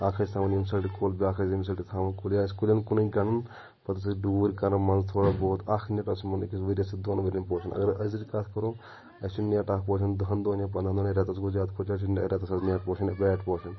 اَکھ ٲسۍ تھاوان یِم کُل بیٛاکھ ٲسۍ ییٚمہِ سایڈٕ تھاوان کُلۍ آسہِ کُلٮ۪ن کُنٕے پَتہٕ ٲسۍ أسۍ ڈوٗرۍ کران منٛزٕ تھوڑا بہت اکھ اوس یِمَن أکِس ؤرِیَس دۄن ؤرین پوشان اگر أزٕچ کتھ کرو اَسہِ چھُ نٮ۪ٹ اکھ پوشان دَہن دۄہن یا پنٛدہن دۄہن یا رٮ۪تس گوٚو زیادٕ کھۄتہٕ زیادٕ چھِ رٮ۪تس حظ نٮ۪ٹ پوشان یا بیٹ پوشان